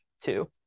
two